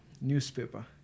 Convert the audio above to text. newspaper